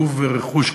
גוף ורכוש,